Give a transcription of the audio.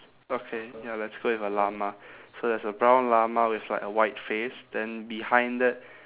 okay ya let's go with a llama so there's a brown llama with like a white face then behind that